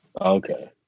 Okay